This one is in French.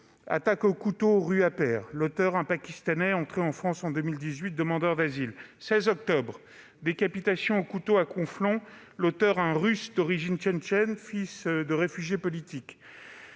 : attaque au couteau rue Appert. L'auteur : un Pakistanais entré en France en 2018, demandeur d'asile. Vendredi 16 octobre : décapitation au couteau à Conflans. L'auteur : un Russe d'origine tchétchène, fils de réfugié politique.